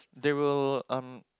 they will um